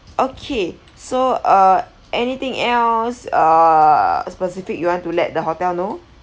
okay so uh anything else uh specific you want to let the hotel know